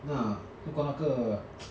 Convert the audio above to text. ya 不过那个